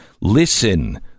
Listen